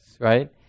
right